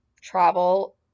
travel